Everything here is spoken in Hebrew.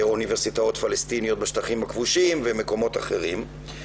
או אוניברסיטאות פלסטיניות בשטחים הכבושים ומקומות אחרים.